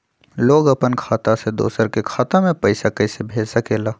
लोग अपन खाता से दोसर के खाता में पैसा कइसे भेज सकेला?